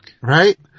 Right